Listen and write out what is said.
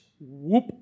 whoop